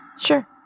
Sure